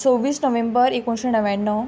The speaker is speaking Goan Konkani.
सव्वीस नोव्हेंबर एकोणशें णव्याण्णव